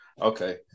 Okay